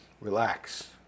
Relax